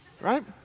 Right